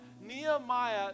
Nehemiah